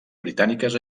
britàniques